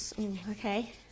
Okay